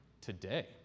today